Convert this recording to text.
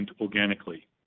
organically